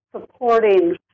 supporting